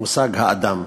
מושג האדם,